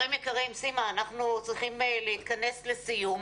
אנחנו צריכים להתכנס לסיום.